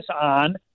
on